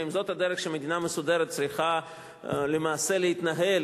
האם זאת הדרך שמדינה מסודרת צריכה למעשה להתנהל